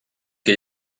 que